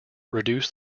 reduced